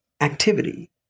activity